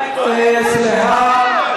סליחה.